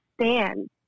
stand